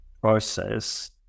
process